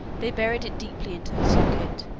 they buried it deeply into the socket,